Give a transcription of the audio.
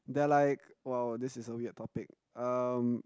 they are like !wow! this is a weird topic um